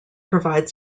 provide